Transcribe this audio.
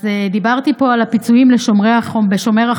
אז דיברתי פה על הפיצויים משומר החומות